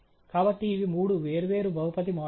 కాబట్టి ఇవి మూడు వేర్వేరు బహుపది మోడల్ లు